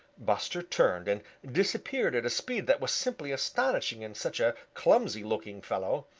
buster turned and disappeared at a speed that was simply astonishing in such a clumsy-looking fellow.